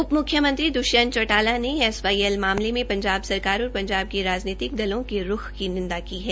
उप म्ख्यमंत्री द्वष्यंत चौटाला ने एसवाईएल में पंजाब सरकार और पंजाब के राजनीतिक दलों के रूख की निंदा की है